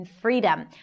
freedom